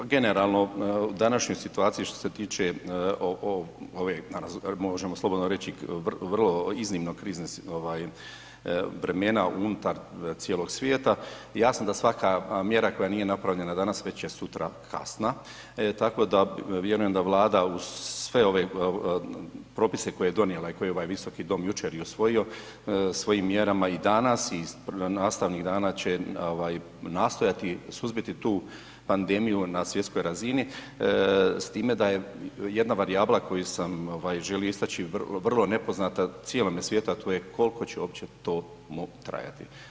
Pa generalno današnja situacija što se tiče ove možemo slobodno reći vrlo iznimno kriznih vremena unutar cijelog svijeta, jasno da svaka mjera koja nije napravljena danas već je sutra kasna, tako da vjerujem da Vlada uz sve ove propise koje je donijela i koje je ovaj Visoki dom jučer i usvojio, svojim mjerama i danas i nastavnih dana će nastojati suzbiti tu pandemiju na svjetskoj razini s time da je jedna varijabla koju sam želio istaći vrlo nepoznata cijelome svijetu, a to je koliko će uopće to trajati.